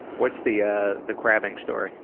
what's the ah, the crabbing story?